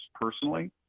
personally